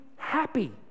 Happy